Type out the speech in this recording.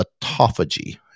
autophagy